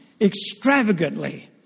extravagantly